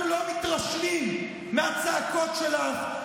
אנחנו לא מתרשמים מהצעקות שלך,